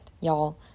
y'all